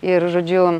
ir žodžiu